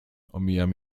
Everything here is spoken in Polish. omijam